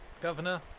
Governor